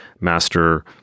master